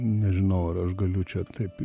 nežinau ar aš galiu čia taip